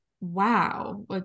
wow